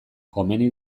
komeni